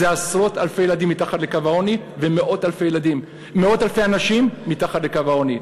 זה עשרות אלפי ילדים מתחת לקו העוני ומאות אלפי אנשים מתחת לקו העוני.